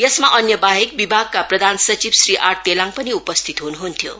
यसमा अन्यबाहेक विभागका प्रधान सचिव श्री आर तेलाङ पनि उपस्थित हुनुहुन्थ्यो